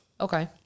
Okay